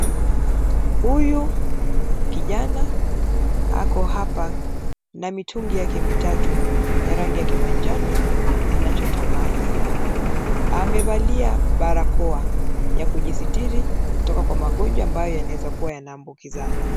Huyu ni kijana ako hapa na mitungi yake mitatu ya rangi ya kimanjano anachota maji. Amevalia barakoa ya kujisitiri kutoka kwa magonjwa ambayo yanaweza kuwa yanaambukizana.